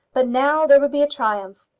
but now there would be a triumph.